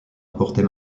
emporter